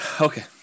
okay